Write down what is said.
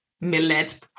millet